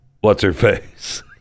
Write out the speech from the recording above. what's-her-face